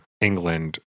England